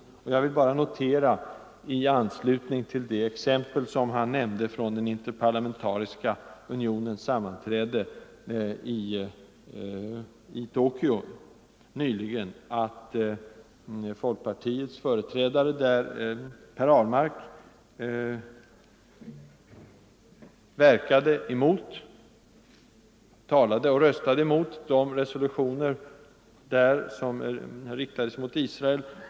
Jag vill bara notera, i anslutning till det exempel som herr Siegbahn gav från Interparlamentariska unionens sammanträde i Tokyo nyligen, att folkpartiets företrädare där, Per Ahlmark, talade och röstade emot de resolutioner som riktades mot Israel.